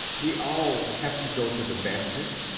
we all have to go to the masters.